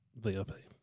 VIP